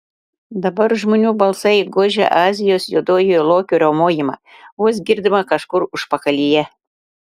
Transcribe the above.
dabar žmonių balsai gožė azijos juodojo lokio riaumojimą vos girdimą kažkur užpakalyje